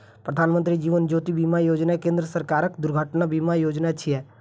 प्रधानमत्री जीवन ज्योति बीमा योजना केंद्र सरकारक दुर्घटना बीमा योजना छियै